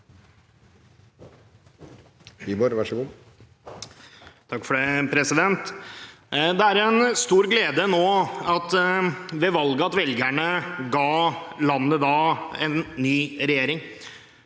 Det er en stor glede at velgerne ga landet en ny regjering